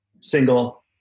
single